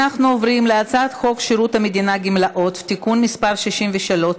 אנחנו עוברים להצעת חוק שירות המדינה (גמלאות) (תיקון מס' 63),